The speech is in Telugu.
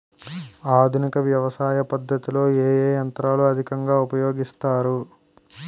ఆధునిక వ్యవసయ పద్ధతిలో ఏ ఏ యంత్రాలు అధికంగా ఉపయోగిస్తారు?